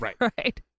Right